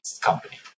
company